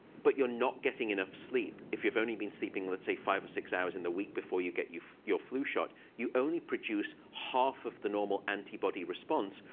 but you're not getting enough sleep, if you've only been sleeping, let's say, five or six hours in the week before you get your flu shot, you only produce half of the normal antibody response,